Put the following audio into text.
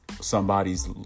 somebody's